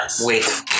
wait